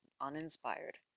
uninspired